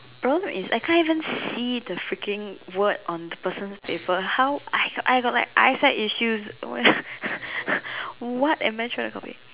the problem is I can't even see the fricking word on the person's paper how I got I got like eyesight issues what am I trying to copy